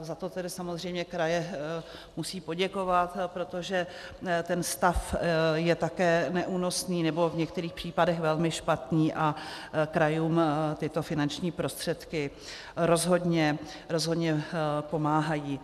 Za to tedy samozřejmě kraje musí poděkovat, protože ten stav je také neúnosný, v některých případech velmi špatný, a krajům tyto finanční prostředky rozhodně pomáhají.